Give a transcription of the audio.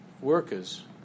workers